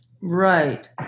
Right